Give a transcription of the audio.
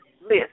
list